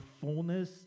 fullness